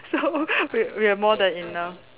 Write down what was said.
so we we have more than enough